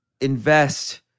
invest